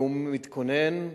והוא מתכונן,